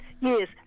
Yes